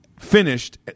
finished